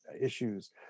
issues